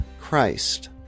Christ